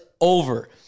over